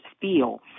feel